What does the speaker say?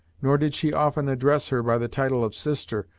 nor did she often address her by the title of sister,